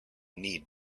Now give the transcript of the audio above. need